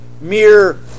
mere